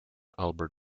albert